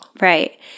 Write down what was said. Right